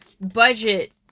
budget